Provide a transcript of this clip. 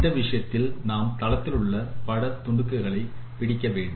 இந்த விஷயத்தில் நாம் தளத்திலுள்ள பட துணுக்குகளை பிடிக்க வேண்டும்